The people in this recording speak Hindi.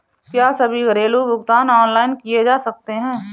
क्या सभी घरेलू भुगतान ऑनलाइन किए जा सकते हैं?